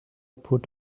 put